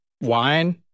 wine